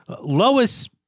Lois